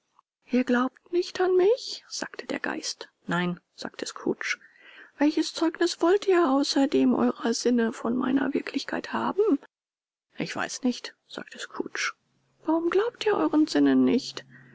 ihr glaubt nicht an mich sagte der geist nein sagte scrooge welches zeugnis wollt ihr außer dem eurer sinne von meiner wirklichkeit haben ich weiß nicht sagte scrooge warum glaubt ihr euren sinnen nicht